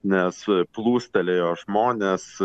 nes plūstelėjo žmonės